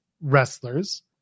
wrestlers